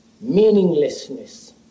meaninglessness